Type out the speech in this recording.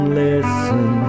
listen